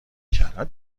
کردم